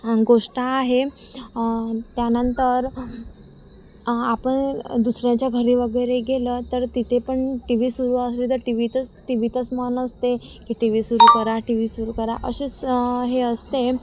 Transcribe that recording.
गोष्ट आहे त्यानंतर आपण दुसऱ्याच्या घरी वगैरे गेलं तर तिथे पण टी व्ही सुरू असली तर टी व्हीतच टी व्हीतच मन असते की टी व्ही सुरू करा टी व्ही सुरू करा असेच हे असते